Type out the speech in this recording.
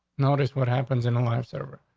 notice what happens in the last server.